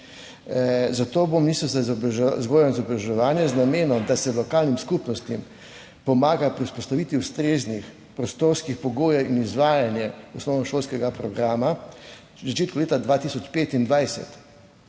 Zato bo ministrstvo za vzgojo in izobraževanje z namenom, da se lokalnim skupnostim pomaga pri vzpostavitvi ustreznih prostorskih pogojev in izvajanje osnovnošolskega programa v začetku leta 2025